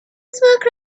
smoke